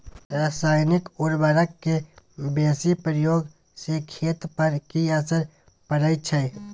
रसायनिक उर्वरक के बेसी प्रयोग से खेत पर की असर परै छै?